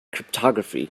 cryptography